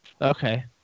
Okay